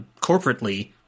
corporately